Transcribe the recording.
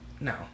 No